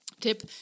Tip